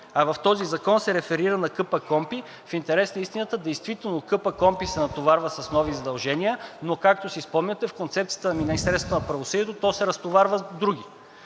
А в този закон се реферира на КПКОНПИ, в интерес на истината, действително КПКОНПИ се натоварва с нови задължения, но както си спомняте в концепцията на Министерството на правосъдието, то се разтоварва с други.